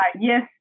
yes